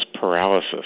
paralysis—